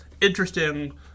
interesting